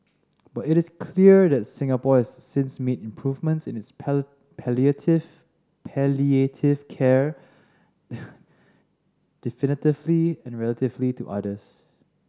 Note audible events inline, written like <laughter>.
but it is clear that Singapore has since made improvements in its <unintelligible> palliative palliative care <noise> definitively and relatively to others